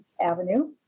Avenue